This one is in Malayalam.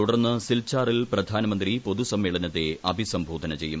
തുടർന്ന് സിൽച്ചാറിൽ പ്രധാനമന്ത്രി പൊതു സമ്മേളനത്തെ അഭിസംബോധന ചെയ്യും